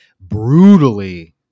brutally